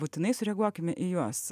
būtinai sureaguokime į juos